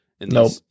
Nope